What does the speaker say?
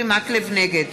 נגד